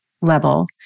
level